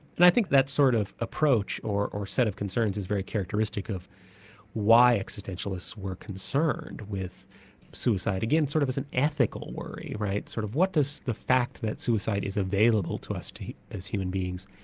and i think that sort of approach or or set of concerns is very characteristic of why existentialists were concerned with suicide again sort of as an ethical worry, right, sort of what does the fact that suicide is available to us as human beings,